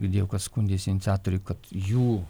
girdėjau kad skundėsi iniciatoriai kad jų